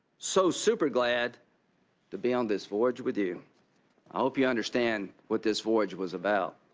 so super glad to be on this voyage with you. i hope you understand what this voyage was about.